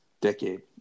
decade